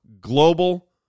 Global